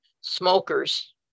smokers